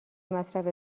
مصرف